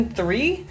three